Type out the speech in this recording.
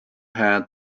hand